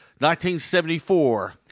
1974